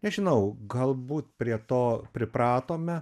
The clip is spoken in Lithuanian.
nežinau galbūt prie to pripratome